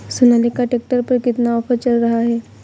Sonalika tractor पर कितना offer चल रहा है?